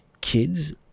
Kids